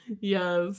Yes